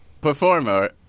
performer